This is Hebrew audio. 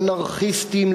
אנרכיסטים,